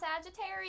sagittarius